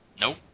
Nope